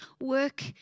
work